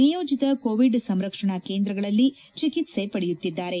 ನಿಯೋಜಿತ ಕೋವಿಡ್ ಸಂರಕ್ಷಣಾ ಕೇಂದ್ರಗಳಲ್ಲಿ ಚಿಕಿತ್ತೆ ಪಡೆಯುತ್ತಿದ್ಲಾರೆ